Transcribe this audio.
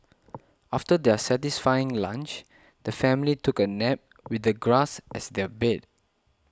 after their satisfying lunch the family took a nap with the grass as their bed